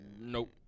Nope